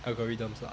algorithms lah